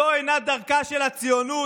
זו אינה דרכה של הציונות.